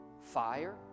fire